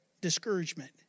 Discouragement